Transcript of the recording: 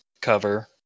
cover